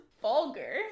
Vulgar